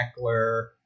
Eckler